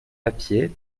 papier